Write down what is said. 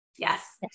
Yes